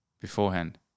beforehand